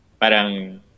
parang